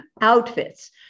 outfits